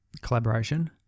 collaboration